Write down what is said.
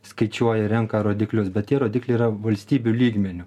skaičiuoja renka rodiklius bet tie rodikliai yra valstybių lygmeniu